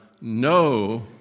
no